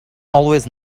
always